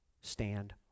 stand